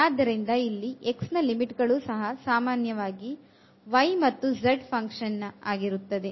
ಆದ್ದರಿಂದ ಇಲ್ಲಿ x ನ limit ಗಳು ಸಹ ಸಾಮಾನ್ಯವಾಗಿ y ಮತ್ತು z ನ ಫಂಕ್ಷನ್ ಆಗಿರುತ್ತದೆ